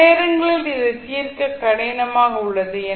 சில நேரங்களில் இதை தீர்க்க கடினமாக உள்ளது